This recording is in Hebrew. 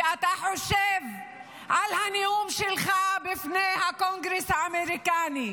ואתה חושב על הנאום שלך בפני הקונגרס האמריקני,